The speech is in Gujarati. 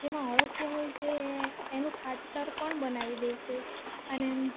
જેમાં અળસીયા હોય છે એનું ખાતર પણ બનાવી દેશે અને